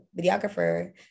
videographer